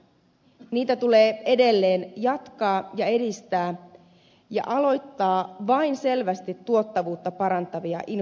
niitä tulee edelleen jatkaa ja edistää ja aloittaa vain selvästi tuottavuutta parantavia infrahankkeita